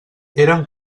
eren